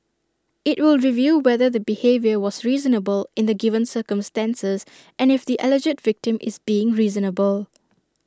IT will review whether the behaviour was reasonable in the given circumstances and if the alleged victim is being reasonable